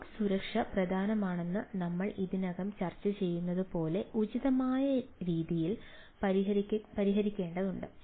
cloud സുരക്ഷ പ്രധാനമാണെന്ന് ഞങ്ങൾ ഇതിനകം ചർച്ച ചെയ്തതുപോലെ ഉചിതമായ രീതിയിൽ പരിഹരിക്കേണ്ടതുണ്ട്